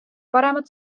paremad